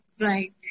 Right